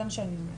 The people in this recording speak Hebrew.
זה מה שאני אומרת.